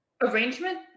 arrangement